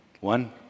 One